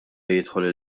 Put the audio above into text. jidħol